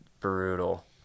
brutal